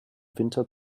winter